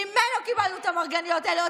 ממנו קיבלנו את המרגליות האלה.